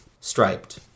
Striped